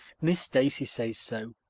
miss stacy says so.